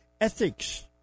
ethics